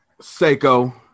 Seiko